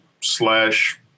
slash